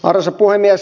arvoisa puhemies